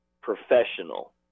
professional